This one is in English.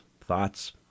thoughts